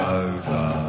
over